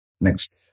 Next